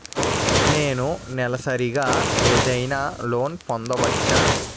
నేను నెలసరిగా ఏదైనా లోన్ పొందవచ్చా?